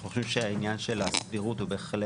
אנחנו חושבים שהעניין של הסדירות הוא בהחלט